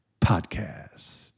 Podcast